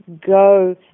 go